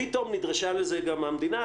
פתאום גם נדרשה לזה המדינה.